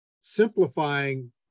simplifying